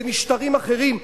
במשטרים אחרים,